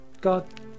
God